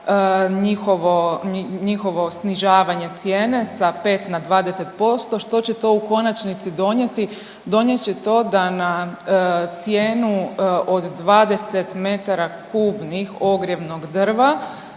njihovo snižavanje cijene sa 5 na 20%. Što će to u konačnici donijeti? Donijet će to da na cijenu od 20 metara kubnih ogrjevnog drva